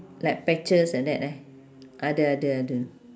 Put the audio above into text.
like patches like that eh ada ada ada